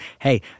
hey